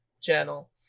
channel